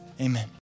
Amen